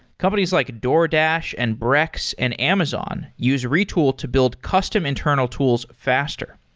companies like a doordash, and brex, and amazon use retool to build custom internal tools faster.